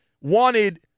wanted